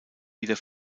wieder